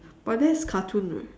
but that's cartoon eh